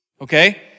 okay